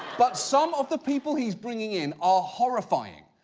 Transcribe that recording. but some of the people he's bringing in are horrifying.